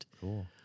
Cool